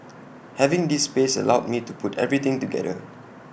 having this space allowed me to put everything together